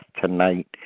tonight